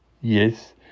Yes